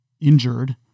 injured